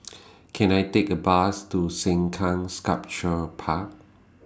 Can I Take A Bus to Sengkang Sculpture Park